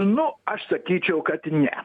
nu aš sakyčiau kad ne